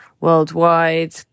worldwide